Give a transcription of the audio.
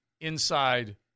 inside